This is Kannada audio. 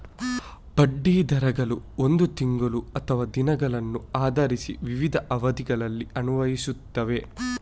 ಬಡ್ಡಿ ದರಗಳು ಒಂದು ತಿಂಗಳು ಅಥವಾ ದಿನಗಳನ್ನು ಆಧರಿಸಿ ವಿವಿಧ ಅವಧಿಗಳಲ್ಲಿ ಅನ್ವಯಿಸುತ್ತವೆ